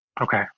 Okay